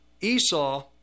Esau